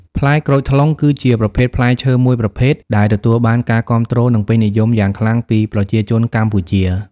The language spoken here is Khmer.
ផ្លែក្រូចថ្លុងគឺជាប្រភេទផ្លែឈើមួយប្រភេទដែលទទួលបានការគាំទ្រនិងពេញនិយមយ៉ាងខ្លាំងពីប្រជាជនកម្ពុជា។